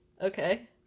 Okay